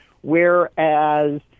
Whereas